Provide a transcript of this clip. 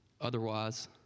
Otherwise